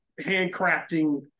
handcrafting